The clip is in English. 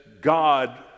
God